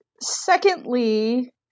secondly